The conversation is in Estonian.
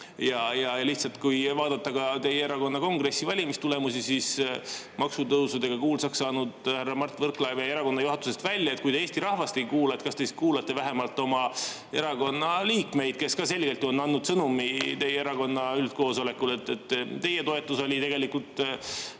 allapoole. Kui vaadata ka teie erakonna kongressi valimistulemusi, siis maksutõusudega kuulsaks saanud härra Mart Võrklaev jäi erakonna juhatusest välja. Kui te Eesti rahvast ei kuula, kas te kuulate siis vähemalt oma erakonna liikmeid, kes on ka selgelt andnud sõnumi teie erakonna üldkoosolekul? Teie toetus oli tegelikult